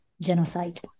genocide